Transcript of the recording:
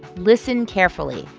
listen carefully.